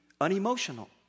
unemotional